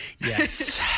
yes